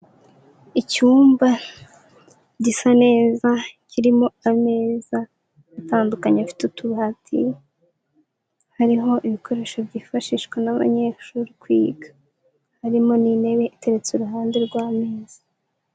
Icyumba gisa neza kirimo ameza atandukanye afite utubati, hariho ibikoresho byifashishwa n'abanyeshuri kwiga, harimo n'intebe iteretse iruhande rw'ameza.